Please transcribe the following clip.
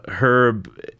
Herb